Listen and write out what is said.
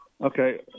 Okay